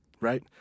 right